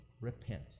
repent